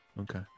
Okay